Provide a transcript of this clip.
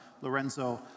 Lorenzo